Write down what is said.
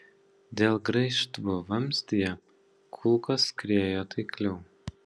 dėl graižtvų vamzdyje kulkos skriejo taikliau